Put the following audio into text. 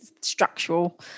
structural